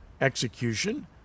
execution